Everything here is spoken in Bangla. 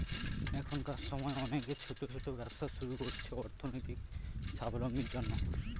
এখনকার সময় অনেকে ছোট ছোট ব্যবসা শুরু করছে অর্থনৈতিক সাবলম্বীর জন্য